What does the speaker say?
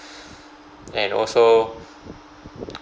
and also